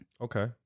Okay